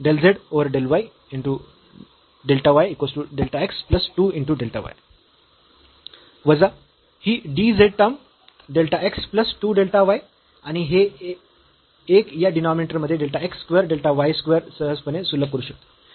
वजा ही dz term delta x plus 2 delta y आणि हे एक या डीनॉमीनेटर मध्ये delta x square delta y square सहजपणे सुलभ करू शकते